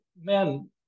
Men